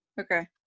Okay